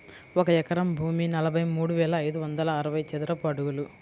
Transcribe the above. ఒక ఎకరం భూమి నలభై మూడు వేల ఐదు వందల అరవై చదరపు అడుగులు